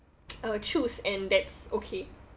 uh choose and that's okay